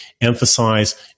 emphasize